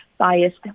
biased